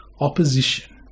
opposition